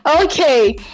okay